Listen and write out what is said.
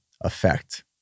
effect